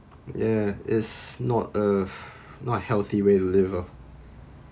ya it's not uh not healthy way to live loh